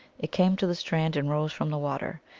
it came to the strand and rose from the water.